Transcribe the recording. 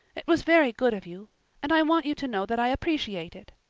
it was very good of you and i want you to know that i appreciate it.